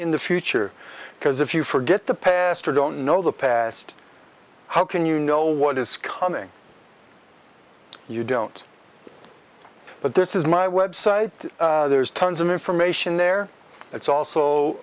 in the future because if you forget the past or don't know the past how can you know what is coming you don't but this is my web site there's tons of information there it's also